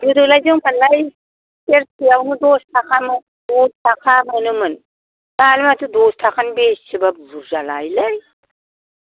गोदोलाय जोंमोनलाय सेरसेयाव दस थाखामोन दस थाखा मोनोमोन दालाय माथो दस थाखानि बेसेबा बुरजा लायोलै